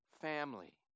family